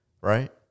right